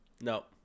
No